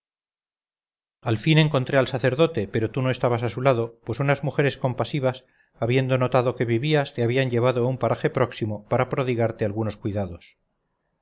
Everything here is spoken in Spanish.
al fin encontré al sacerdote pero tú no estabas a su lado pues unas mujeres compasivas habiendo notado quevivías te habían llevado a un paraje próximo para prodigarte algunos cuidados